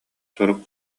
сурук